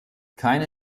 keine